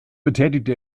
betätigte